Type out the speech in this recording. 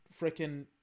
freaking